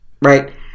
right